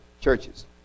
churches